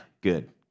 Good